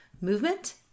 movement